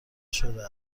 شده